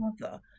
mother